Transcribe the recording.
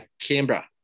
Canberra